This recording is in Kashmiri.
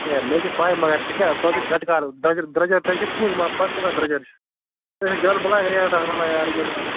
اَے مےٚ چھےٚ پےَ مگر ژٕ کیٛاہ ژٕ حظ چھُک گٹہٕ کارُک درٛۄجر درٛۄجر تہِ چھُ پوٚز مگر پَتہٕ کٍژا درٛۄجر چھِ ژٕے چھُک زیادٕ بلاے ریٹاہ ونان یارٕ